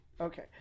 Okay